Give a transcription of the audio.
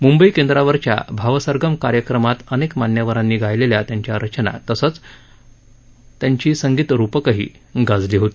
मुंबई केंद्रावरच्या भावसरगम कार्यक्रमात अनेक मान्यवरांनी गायलेल्या त्यांच्या रचना तसंच आणि त्यांची अनेक संगीत रुपकंही गाजली होती